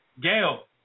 Gail